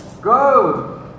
Go